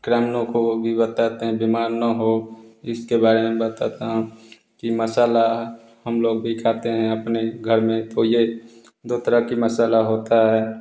ग्रामीणों को भी बताते है कि बीमार न हो इसके बारे में बताता हूँ कि मसाला हम लोग भी खाते हैं अपने घर में तो ये दो तरह के मसाला होता है